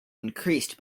increased